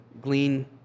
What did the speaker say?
glean